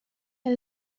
had